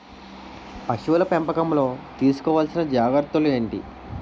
పశువుల పెంపకంలో తీసుకోవల్సిన జాగ్రత్తలు ఏంటి?